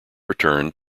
returned